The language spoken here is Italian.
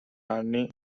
anni